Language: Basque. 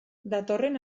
datorren